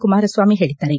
ಕುಮಾರಸ್ವಾಮಿ ಹೇಳಿದ್ದಾರೆ